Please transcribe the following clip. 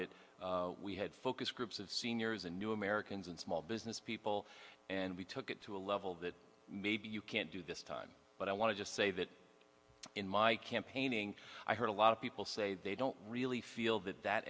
it we had focus groups of seniors and new americans and small business people and we took it to a level that maybe you can't do this time but i want to just say that in my campaigning i heard a lot of people say they don't really feel that that